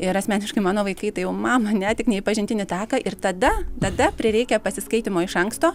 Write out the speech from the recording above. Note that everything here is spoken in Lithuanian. ir asmeniškai mano vaikai tai jau mama ne tik ne į pažintinį taką ir tada tada prireikia pasiskaitymo iš anksto